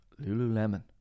lululemon